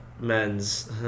Men's